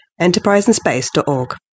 enterpriseinspace.org